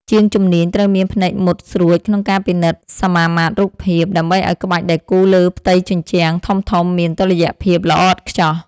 ជាងជំនាញត្រូវមានភ្នែកមុតស្រួចក្នុងការពិនិត្យសមាមាត្ររូបភាព ដើម្បីឱ្យក្បាច់ដែលគូរលើផ្ទៃជញ្ជាំងធំៗមានតុល្យភាពល្អឥតខ្ចោះ។